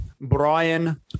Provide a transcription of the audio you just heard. Brian